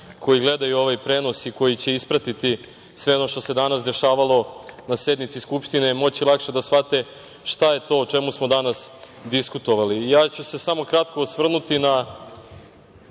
koji gledaju ovaj prenos i koji će ispratiti sve ono što se danas dešavalo na sednici Skupštine moći lakše da shvate šta je to o čemu smo danas diskutovali. Ja ću se samo kratko osvrnuti na